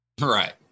Right